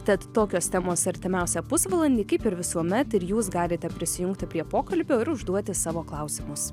tad tokios temos artimiausią pusvalandį kaip ir visuomet ir jūs galite prisijungti prie pokalbio ir užduoti savo klausimus